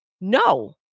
No